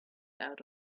out